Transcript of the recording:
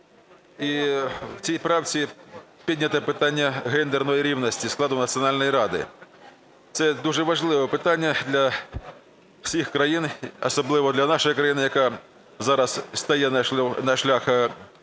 І в цій правці піднято питання гендерної рівності складу Національної ради. Це дуже важливе питання для всіх країн, особливо для нашої країни, яка зараз стає на шлях